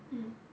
mm